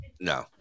no